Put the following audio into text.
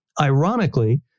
Ironically